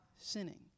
sinning